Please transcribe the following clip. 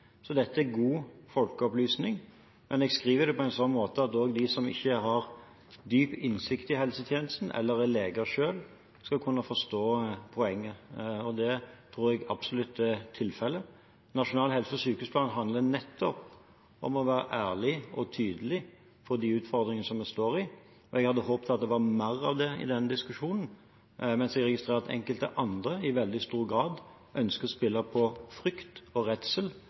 Så dette er god folkeopplysning. Men jeg skriver det på en sånn måte at også de som ikke har dyp innsikt i helsetjenesten eller er leger selv, skal kunne forstå poenget. Det tror jeg absolutt er tilfellet. Nasjonal helse- og sykehusplan handler nettopp om å være ærlig og tydelig på de utfordringene vi står i, og jeg hadde håpet at det skulle være mer av det i denne diskusjonen. Jeg registrerer at enkelte andre i veldig stor grad ønsker å spille på frykt og redsel,